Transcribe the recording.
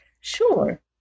Sure